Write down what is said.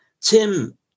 Tim